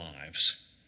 lives